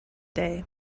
day